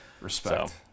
Respect